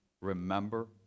Remember